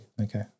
Okay